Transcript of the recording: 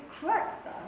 correct